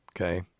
Okay